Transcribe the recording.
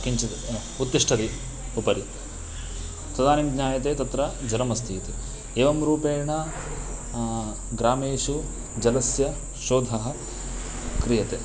किञ्चित् उत्तिष्ठति उपरि तदानीं ज्ञायते तत्र जलमस्ति इति एवं रूपेण ग्रामेषु जलस्य शोधः क्रियते